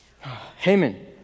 Haman